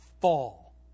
fall